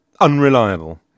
unreliable